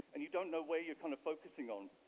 and you don't know where you're kind of focusing on,